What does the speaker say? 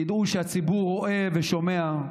תדעו שהציבור רואה ושומע.